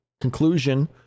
conclusion